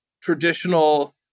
traditional